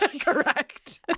correct